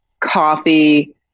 coffee